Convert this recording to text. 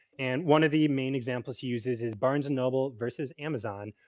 and one of the main examples he uses is barnes and noble versus amazon.